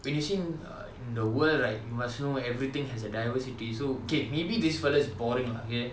finishing in the world right you must know everything has a diversity so okay maybe this fellow is boring lah okay